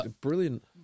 Brilliant